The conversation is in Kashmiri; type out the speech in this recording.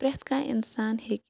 پرٛٮ۪تھ کانٛہہ اِنسان ہیٚکہِ